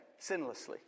sinlessly